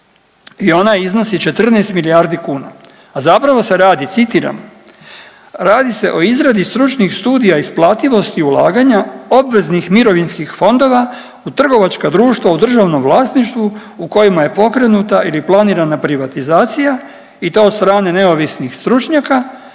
i ona iznosi 14 milijardi kuna, a zapravo se radi, citiram, radi se o izradi stručnih studija isplativosti ulaganja obveznih mirovinskih fondova u trgovačka društva u državnom vlasništvu u kojima je pokrenuta ili planirana privatizacija i to od strane neovisnih stručnjaka,